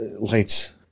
lights